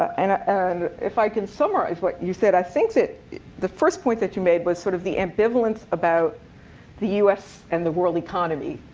and ah and if i can summarize what you said, i think that the first point that you made was sort of the ambivalence about the us and the world economy.